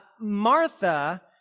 Martha